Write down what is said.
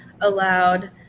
allowed